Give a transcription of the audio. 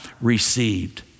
received